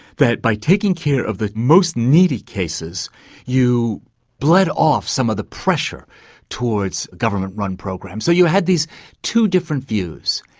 that by taking care of the most needy cases you bled off some of the pressure towards government run programs. so you had these two different views.